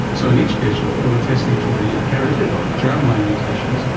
so in each patient they were testing for the inherited or germline mutations,